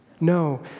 No